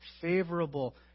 favorable